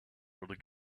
where